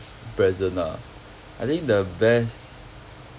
present ah I think the best